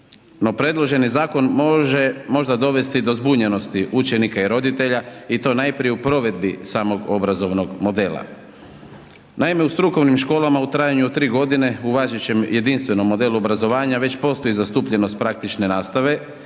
preloženi zakon može možda dovesti do zbunjenosti učenika i roditelja i to najprije u provedbi samog obrazovnog modela. Naime, u strukovnim školama u trajanju od 3 godine u važećem jedinstvenom modelu obrazovanja već postoji zastupljenost praktične nastave,